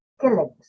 killings